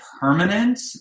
permanent